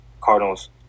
Cardinals